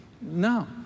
No